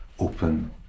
Open